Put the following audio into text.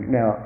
Now